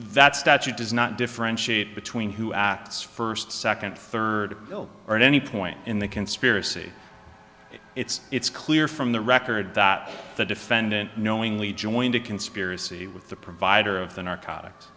that statute does not differentiate between who acts first second third or any point in the conspiracy it's it's clear from the record that the defendant knowingly joined a conspiracy with the provider of the narcotics